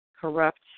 corrupt